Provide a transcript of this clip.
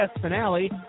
finale